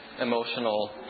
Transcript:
emotional